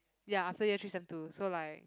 ya after year three sem two so like